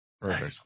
Perfect